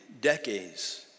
decades